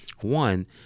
one